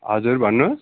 हजुर भन्नुहोस्